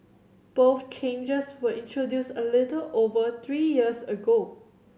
both changes were introduced a little over three years ago